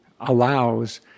allows